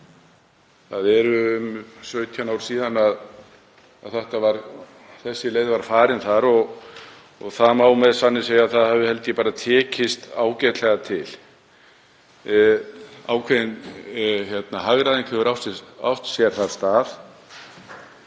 Það eru 17 ár síðan þessi leið var farin þar og má með sanni segja að það hafi, held ég bara, tekist ágætlega til. Ákveðin hagræðing hefur átt sér þar stað.